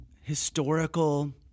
historical